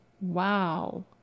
Wow